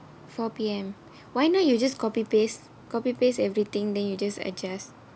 four P_M why not you just copy paste copy paste everything then you just adjust